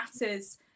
matters